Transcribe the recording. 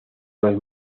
los